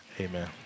amen